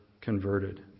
converted